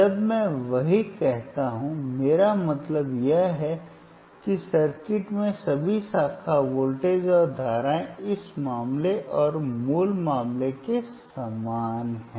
जब मैं वही कहता हूं मेरा मतलब यह है कि सर्किट में सभी शाखा वोल्टेज और धाराएं इस मामले और मूल मामले में समान हैं